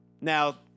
Now